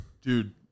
Dude